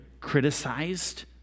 criticized